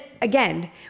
again